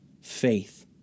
Faith